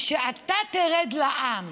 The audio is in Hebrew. כשאתה תרד לעם